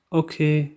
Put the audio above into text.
okay